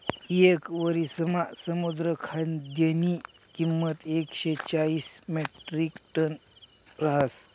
येक वरिसमा समुद्र खाद्यनी किंमत एकशे चाईस म्याट्रिकटन रहास